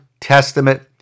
Testament